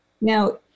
Now